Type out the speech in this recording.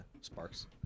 Sparks